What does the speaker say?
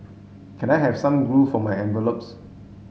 can I have some glue for my envelopes